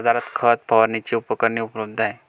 बाजारात खत फवारणीची उपकरणे उपलब्ध आहेत